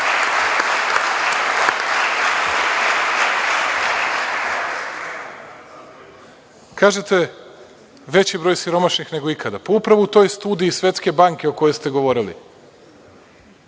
– veći broj siromašnih nego ikada. Pa upravo u toj studiji Svetske banke o kojoj ste govorili,